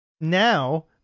now